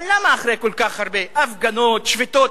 אבל למה אחרי כל כך הרבה הפגנות, שביתות?